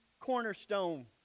cornerstone